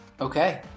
Okay